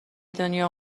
دنیا